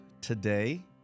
today